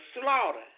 slaughter